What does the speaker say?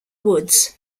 woods